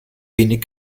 wenig